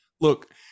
Look